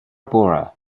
bora